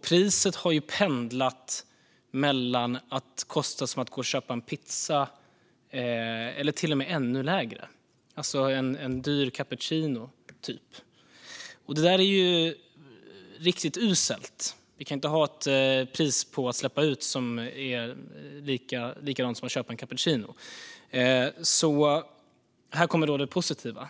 Priset har pendlat mellan att det kostar som att köpa en pizza och till och med ännu mindre - en dyr cappuccino, typ. Det är ju riktigt uselt. Vi kan inte ha ett pris för att släppa ut som är lika lågt som för en cappuccino. Här kommer det positiva.